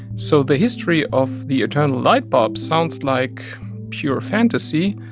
so the history of the eternal light bulb sounds like pure fantasy.